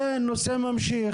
כן, הנושא ממשיך.